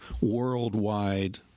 worldwide